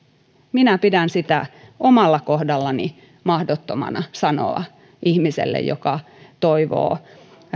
minä pidän sitä omalla kohdallani mahdottomana sanoa ihmiselle joka toivoo